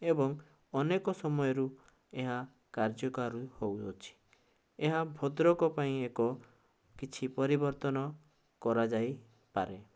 ଏବଂ ଅନେକ ସମୟରୁ ଏହା କାର୍ଯ୍ୟକାରୀ ହେଉଅଛି ଏହା ଭଦ୍ରକ ପାଇଁ ଏକ କିଛି ପରିବର୍ତ୍ତନ କରାଯାଇ ପାରେ